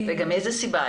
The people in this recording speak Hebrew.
מאיזו סיבה?